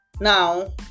Now